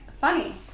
funny